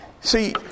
See